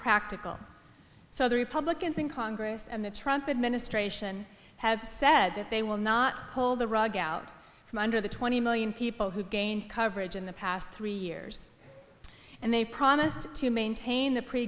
practical so the republicans in congress and the trump administration have said that they will not pull the rug out from under the twenty million people who gained coverage in the past three years and they promised to maintain the pre